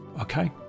okay